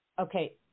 okay